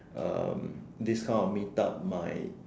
um this kind of meet up might